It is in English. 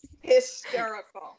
hysterical